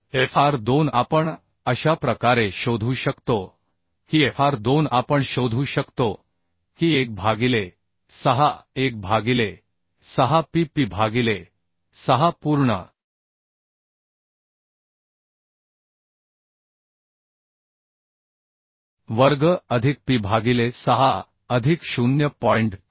Fr2 आपण अशा प्रकारे शोधू शकतो की Fr2 आपण शोधू शकतो की 1 भागिले 6 1 भागिले 6 P P भागिले 6 पूर्ण वर्ग अधिक P भागिले 6 अधिक 0